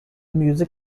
music